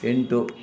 ಎಂಟು